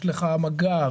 יש לך מג"ב,